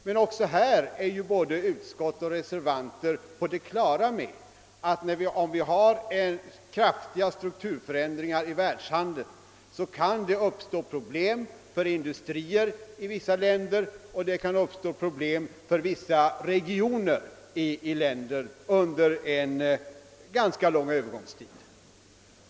Men också härvidlag är ju både utskott och reservanter på det klara med att det vid kraftiga strukturförändringar i världshandeln under en ganska lång övergångstid kan uppstå problem för industrier i vissa länder liksom också för vissa regioner.